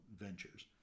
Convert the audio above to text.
ventures